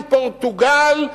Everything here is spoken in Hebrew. מפורטוגל,